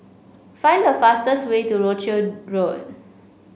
find the fastest way to Rochdale Road